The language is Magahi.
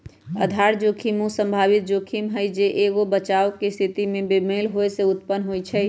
आधार जोखिम उ संभावित जोखिम हइ जे एगो बचाव के स्थिति में बेमेल होय से उत्पन्न होइ छइ